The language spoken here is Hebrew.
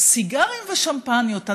סיגרים ושמפניות,